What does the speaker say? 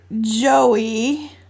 Joey